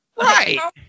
Right